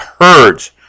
herds